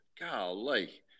golly